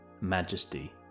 majesty